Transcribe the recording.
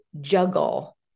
juggle